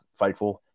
fightful